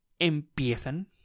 empiezan